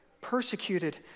persecuted